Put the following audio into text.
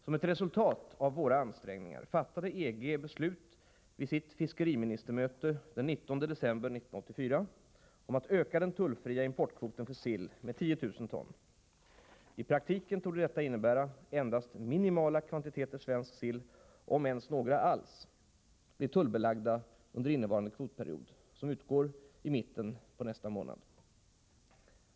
Som ett resultat av våra ansträngningar fattade EG beslut vid sitt fiskeriministermöte den 19 december 1984 om att öka den tullfria importkvoten för sill med 10 000 ton. I praktiken torde detta innebära att endast minimala kvantiteter svensk sill, om ens några alls, blir tullbelagda under innevarande kvotperiod, som utgår i mitten på nästa månad.